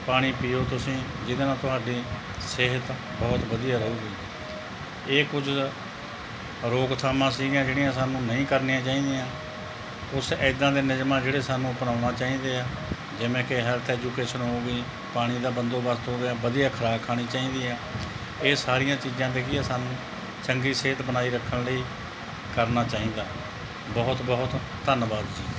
ਪਾਣੀ ਪੀਓ ਤੁਸੀਂ ਜਿਹਦੇ ਨਾਲ ਤੁਹਾਡੀ ਸਿਹਤ ਬਹੁਤ ਵਧੀਆ ਰਹੂਗੀ ਇਹ ਕੁਝ ਰੋਕਥਾਮਾਂ ਸੀਗੀਆਂ ਜਿਹੜੀਆਂ ਸਾਨੂੰ ਨਹੀਂ ਕਰਨੀਆਂ ਚਾਹੀਦੀਆਂ ਕੁਛ ਇੱਦਾਂ ਦੇ ਨਿਯਮ ਆ ਜਿਹੜੇ ਸਾਨੂੰ ਅਪਣਾਉਣੇ ਚਾਹੀਦੇ ਆ ਜਿਵੇਂ ਕਿ ਹੈਲਥ ਐਜੂਕੇਸ਼ਨ ਹੋ ਗਈ ਪਾਣੀ ਦਾ ਬੰਦੋਬਸਤ ਹੋ ਗਿਆ ਵਧੀਆ ਖੁਰਾਕ ਖਾਣੀ ਚਾਹੀਦੀ ਆ ਇਹ ਸਾਰੀਆਂ ਚੀਜ਼ਾਂ 'ਤੇ ਕੀ ਆ ਸਾਨੂੰ ਚੰਗੀ ਸਿਹਤ ਬਣਾਈ ਰੱਖਣ ਲਈ ਕਰਨਾ ਚਾਹੀਦਾ ਬਹੁਤ ਬਹੁਤ ਧੰਨਵਾਦ ਜੀ